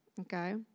Okay